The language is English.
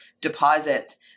deposits